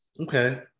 Okay